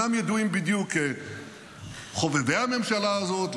שאינם ידועים בדיוק כחובבי הממשלה הזאת,